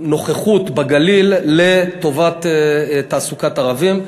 נוכחות בגליל לטובת תעסוקת ערבים.